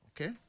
Okay